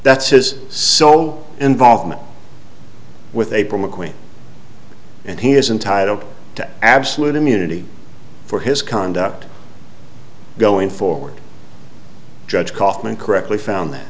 his sole involvement with april mcqueen and he is entitled to absolute immunity for his conduct going forward judge kaufman correctly found that